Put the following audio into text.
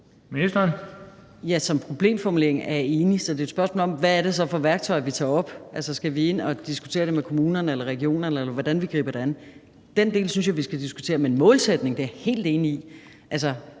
Som problemformulering er jeg enig, og så er det et spørgsmål om, hvad det er for nogle værktøjer, vi tager op. Skal vi ind at diskutere det med kommunerne eller med regionerne, eller hvordan griber vi det an? Den del synes jeg vi skal diskutere, men målsætningen er jeg helt enig i,